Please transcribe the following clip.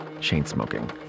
chain-smoking